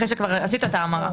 אחרי שכבר עשית את ההמרה.